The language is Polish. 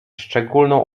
szczególną